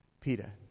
Peter